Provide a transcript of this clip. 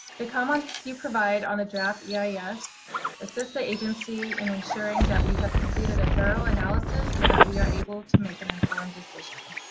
the comments you provide on the draft yeah yeah eis assist the agency in ensuring that we have completed a thorough analysis so that we are able to make an informed decision.